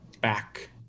back